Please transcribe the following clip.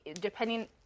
depending